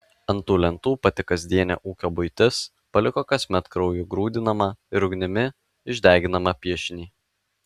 ant tų lentų pati kasdienė ūkio buitis paliko kasmet krauju grūdinamą ir ugnimi išdeginamą piešinį